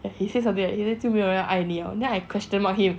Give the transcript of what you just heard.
and he says something like 就没有人会爱你 then I question mark him